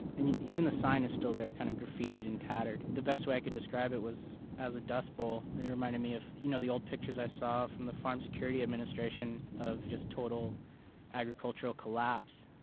and even the sign is still there kind of graffittied and tattered. the best way i could describe it was as a dust bowl. it reminded me of, you know, the old pictures i saw from the farm security administration of just total agricultural collapse.